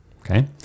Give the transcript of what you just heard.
Okay